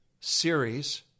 series